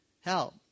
help